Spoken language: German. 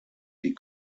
die